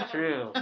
True